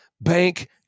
bank